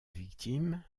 victime